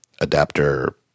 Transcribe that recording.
adapter